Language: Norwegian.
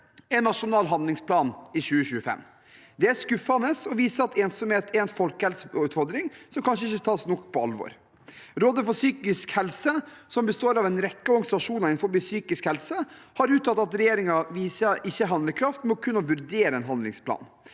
en nasjonal handlingsplan i 2025. Det er skuffende og viser at ensomhet er en folkehelseutfordring som kanskje ikke tas nok på alvor. Rådet for psykisk helse, som består av en rekke organisasjoner innen psykisk helse, har uttalt at regjeringen ikke viser handlekraft ved kun å vurdere en handlingsplan.